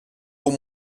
pour